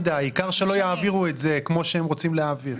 העיקר שלא יעבירו את זה כפי שהם רוצים להעביר.